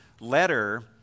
letter